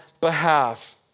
behalf